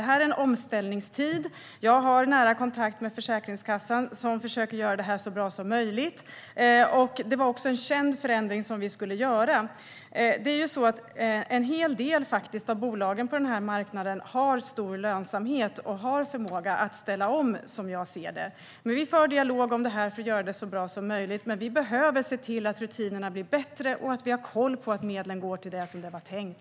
Nu är det en omställningstid. Jag har nära kontakt med Försäkringskassan som försöker att göra detta så bra som möjligt. Den här förändringen var också känd. Som jag ser det har en hel del av bolagen på den här marknaden stor lönsamhet och har förmåga att ställa om. Men vi för en dialog för att göra det här så bra som möjligt, men rutinerna behöver bli bättre så att man har koll på att medlen går till det som det var tänkt.